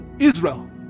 Israel